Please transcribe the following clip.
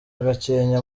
gakenke